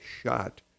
shot